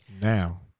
now